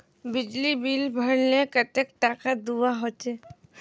बिजली बिल भरले कतेक टाका दूबा होचे?